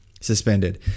Suspended